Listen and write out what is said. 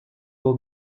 will